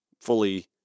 fully